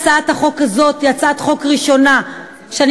הצעת החוק הזאת היא הצעת חוק ראשונה בסדרת הצעות חוק